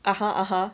(uh huh) (uh huh)